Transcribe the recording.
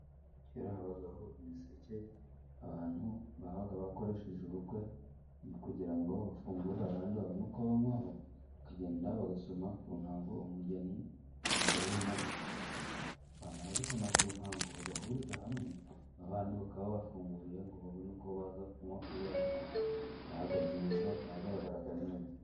Kera habagaho imiseke, abantu baba bakoresheje ubukwe, kugira ngo bafungurire abandi babone uko banywaho, bakagenda bagasoma ku ntango umugeni, umugore n'umugabo, bamara gusama kutango bagahuriza hamwe, babandi bakaba babafunguriye ngo babone uko baza kunywa kuri ya ntango, byabaga byiza byagaragaraga neza.